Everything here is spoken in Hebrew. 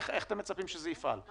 איך אתם מצפים שזה יפעל?